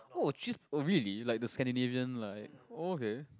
oh cheese oh really like the Scandinavian like oh okay